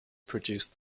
produced